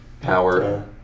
power